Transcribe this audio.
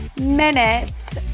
minutes